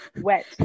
wet